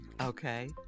Okay